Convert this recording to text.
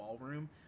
ballroom